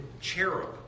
cherub